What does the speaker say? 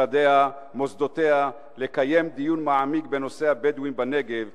משרדיה ומוסדותיה לקיים דיון מעמיק בנושא הבדואים בנגב,